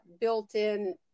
built-in